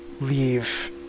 leave